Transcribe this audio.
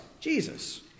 Jesus